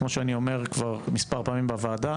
כמו שאני אומר כבר מספר פעמים בוועדה